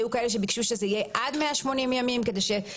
היו כאלה שביקשו שזה יהיה עד 180 ימים כדי שקופות שמוכנות יוכלו להגדיל.